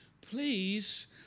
please